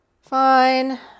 Fine